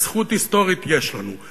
וזכות היסטורית יש לנו.